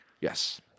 Yes